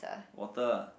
water ah